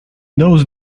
those